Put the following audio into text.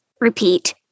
repeat